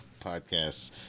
podcasts